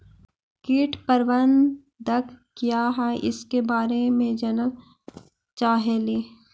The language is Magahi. कीट प्रबनदक क्या है ईसके बारे मे जनल चाहेली?